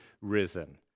risen